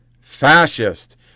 fascist